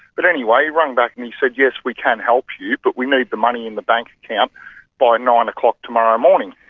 but anyway, he rang back and he said, yes, we can help you, but we need the money in the bank account by nine o'clock tomorrow morning.